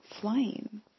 flying